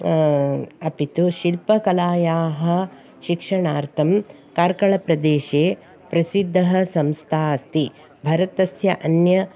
अपि तु शिल्पकलायाः शिक्षणार्थं कार्कळप्रदेशे प्रसिद्धः संस्था अस्ति भारतस्य अन्य